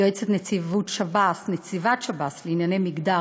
יועצת נציבת שב"ס לענייני מגדר,